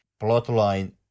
plotline